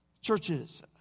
Churches